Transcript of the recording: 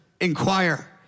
inquire